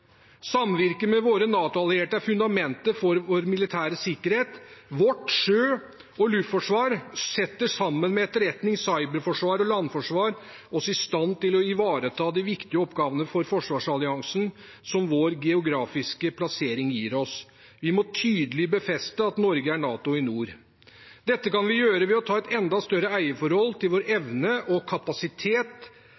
med våre NATO-allierte er fundamentet for vår militære sikkerhet. Vårt sjø- og luftforsvar, sammen med etterretning, cyberforsvar og landforsvar, setter oss i stand til å ivareta de viktige oppgavene for forsvarsalliansen som vår geografiske plassering gir oss. Vi må tydelig befeste at Norge er NATO i nord. Dette kan vi gjøre ved å ta et enda større eieforhold til vår